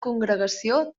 congregació